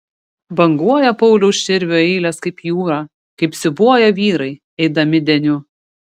banguoja pauliaus širvio eilės kaip jūra kaip siūbuoja vyrai eidami deniu